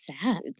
sad